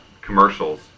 commercials